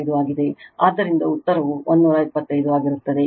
5 ಆಗಿದೆ ಆದ್ದರಿಂದ ಉತ್ತರವು 125 ಆಗಿರುತ್ತದೆ